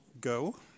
go